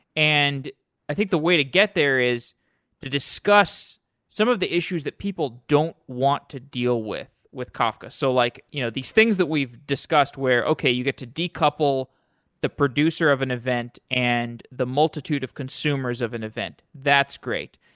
and i think the way to get there is to discuss some of the issues that people don't want to deal with with kafka, so like you know these things that we've discussed where, okay, you get to decouple the producer of an event and the multitude of consumers of an event. that's great.